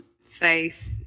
faith